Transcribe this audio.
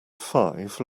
five